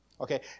Okay